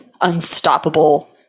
unstoppable